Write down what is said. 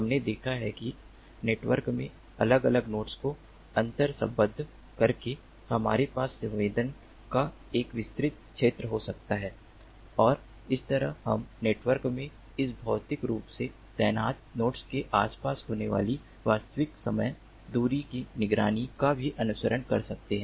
हमने देखा है कि नेटवर्क में अलग अलग नोड्स को अंतर्संबंद्ध करके हमारे पास संवेदन का एक विस्तारित क्षेत्र हो सकता है और इस तरह हम नेटवर्क में इस भौतिक रूप से तैनात नोड्स के आसपास होने वाली वास्तविक समय दूरी की निगरानी का भी अनुकरण कर सकते हैं